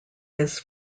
his